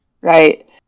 right